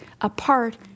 apart